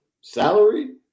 salary